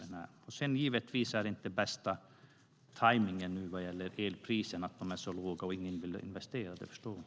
Det är ju inte den bästa tajmningen nu med tanke på de låga elpriserna, vilket gör att det inte är någon som vill investera. Det förstår jag.